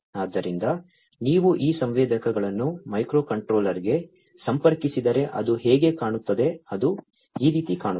ಆದ್ದರಿಂದ ನೀವು ಈ ಸಂವೇದಕಗಳನ್ನು ಮೈಕ್ರೊಕಂಟ್ರೋಲರ್ಗೆ ಸಂಪರ್ಕಿಸಿದರೆ ಅದು ಹೇಗೆ ಕಾಣುತ್ತದೆ ಅದು ಈ ರೀತಿ ಕಾಣುತ್ತದೆ